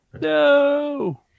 No